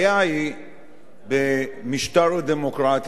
במשטר הדמוקרטי ובתפיסה הדמוקרטית,